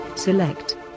Select